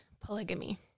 polygamy